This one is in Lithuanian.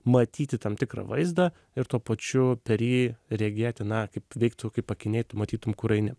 matyti tam tikrą vaizdą ir tuo pačiu per jį regėti na kaip veiktų kaip akiniai tu matytum kur eini